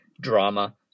drama